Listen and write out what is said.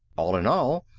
all in all,